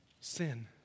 sin